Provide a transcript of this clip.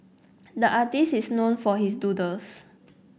the artist is known for his doodles